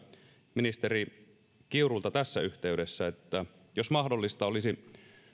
ministeri kiurulta tässä yhteydessä että jos mahdollista